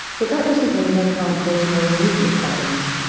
but that doesn't mean they can't cause more immediate problems.